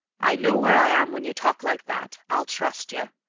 i know where i am when you talk like that. i'll trust yer.